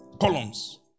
Columns